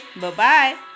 bye-bye